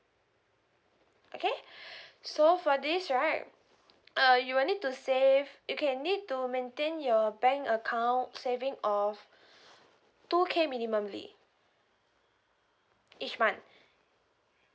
okay so for this right uh you will need to save you can need to maintain your bank account saving of two K minimumly each month